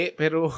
pero